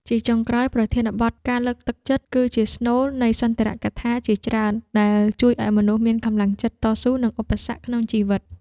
ជាចុងក្រោយ ប្រធានបទ ការលើកទឹកចិត្ត គឺជាស្នូលនៃសន្ទរកថាជាច្រើន ដែលជួយឱ្យមនុស្សមានកម្លាំងចិត្តតស៊ូនឹងឧបសគ្គក្នុងជីវិត។